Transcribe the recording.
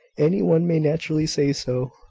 any one may naturally say so,